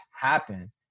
happen